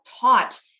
taught